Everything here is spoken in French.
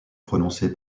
prononcé